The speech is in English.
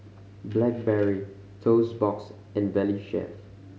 Blackberry Toast Box and Valley Chef